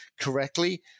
correctly